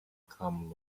cum